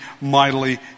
mightily